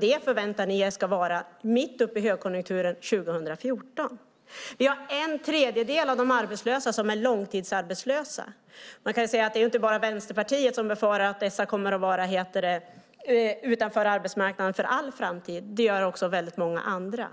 Det förväntar ni er att den ska vara mitt i högkonjunkturen 2014. En tredjedel av de arbetslösa är långtidsarbetslösa. Man kan säga att det inte bara är Vänsterpartiet som befarar att dessa människor kommer att vara utanför arbetsmarknaden för all framtid utan det gör också många andra.